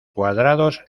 cuadrados